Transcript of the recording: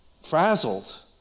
frazzled